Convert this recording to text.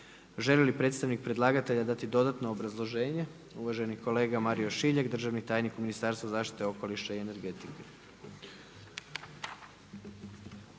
Želi li predstavnik predlagatelja dati dodatno obrazloženje? Da. Uvaženi Mario Šiljeg, državni tajnik u Ministarstvu zaštite okoliša i energetike.